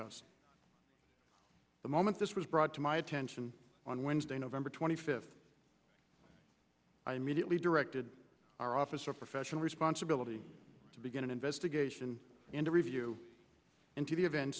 house the moment this was brought to my attention on wednesday november twenty fifth i immediately directed our office of professional responsibility to begin an investigation the review into the events